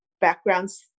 backgrounds